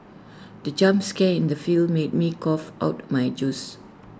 the jump scare in the film made me cough out my juice